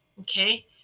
okay